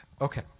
Okay